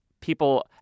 people